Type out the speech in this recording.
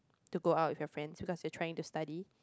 to go out with your friends because you're trying to study